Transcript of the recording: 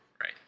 Right